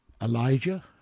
Elijah